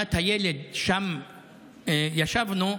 לוועדת הילד, שם ישבנו,